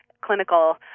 clinical